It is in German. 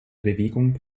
bewegung